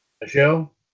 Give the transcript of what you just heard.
michelle